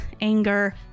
anger